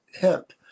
hemp